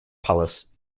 palace